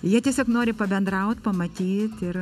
jie tiesiog nori pabendraut pamatyt ir